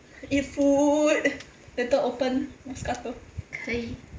eat food later open moscato